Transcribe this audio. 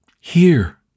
Here